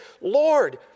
Lord